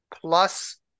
plus